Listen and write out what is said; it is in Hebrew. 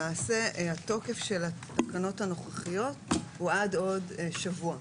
למעשה התוקף של התקנות הנוכחיות הוא עד עוד שבוע.